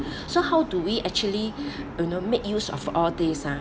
so how do we actually you know make use of all these ah